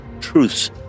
truths